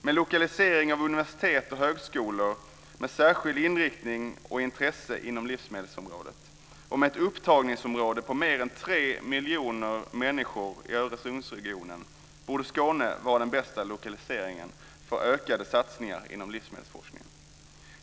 Med lokalisering av universitet och högskolor med särskild inriktning på och intressen inom livsmedelsområdet, och med ett upptagningsområde på mer än tre miljoner människor i Öresundsregionen, borde Skåne vara den bästa lokaliseringen för ökade satsningar inom livsmedelsforskningen.